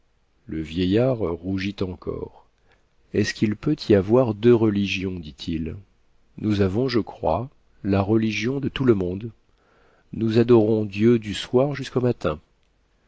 le vieillard rougit encore est-ce qu'il peut y avoir deux religions dit-il nous avons je crois la religion de tout le monde nous adorons dieu du soir jusqu'au matin